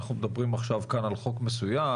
אנחנו מדברים עכשיו כאן על חוק מסוים.